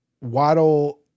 Waddle